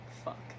fuck